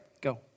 Go